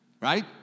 Right